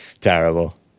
Terrible